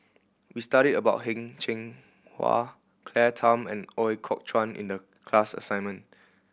we studied about Heng Cheng Hwa Claire Tham and Ooi Kok Chuen in the class assignment